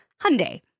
Hyundai